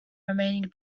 remaining